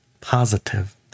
positive